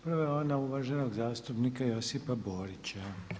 Prva je ona uvaženog zastupnika Josipa Borića.